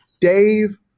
dave